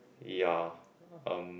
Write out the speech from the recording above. ya um